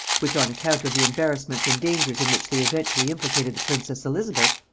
which, on account of the embarrassments and dangers in which they eventually implicated the princess elizabeth,